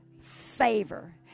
favor